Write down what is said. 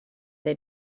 they